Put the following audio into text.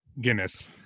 Guinness